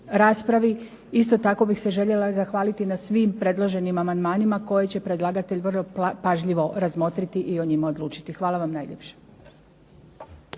Isto tako bih se željela zahvaliti na svim predloženim amandmanima koje će predlagatelj vrlo pažljivo razmotriti i o njima odlučiti. Hvala vam najljepša.